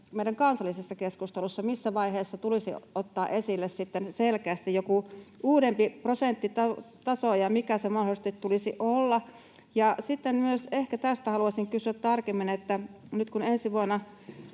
kansallisessa keskustelussa, että missä vaiheessa tulisi ottaa esille selkeästi joku uudempi prosenttitaso ja mikä sen mahdollisesti tulisi olla? Myös ehkä tästä haluaisin kysyä tarkemmin, että kun ensi vuonna